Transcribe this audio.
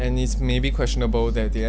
and it's maybe questionable that the